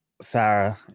Sarah